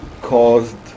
caused